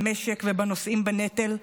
במשק ובנושאים בנטל,